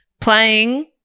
playing